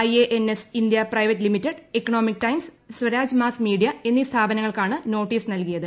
IANS India Private Limited Economic Times Swarajyamag media എന്നീ സ്ഥാപനങ്ങൾക്കാണ് നോട്ടീസ് നൽകിയത്